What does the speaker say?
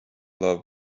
love